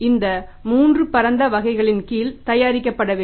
இந்த 3 பரந்த வகைகளின் கீழ் தயாரிக்கப்பட வேண்டும்